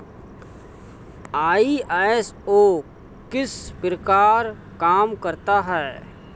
ISO किस प्रकार काम करता है